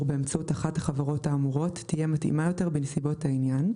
באמצעות אחת החברות האמורות תהיה מתאימה יותר בנסיבות העניין,